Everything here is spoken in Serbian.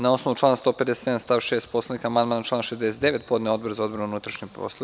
Na osnovu člana 157. stav 6. Poslovnika, amandman na član 69. podneo je Odbor za odbranu i unutrašnje poslove.